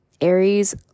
Aries